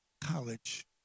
college